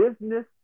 business